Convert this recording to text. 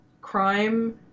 crime